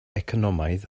economaidd